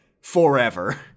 forever